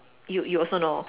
you you also know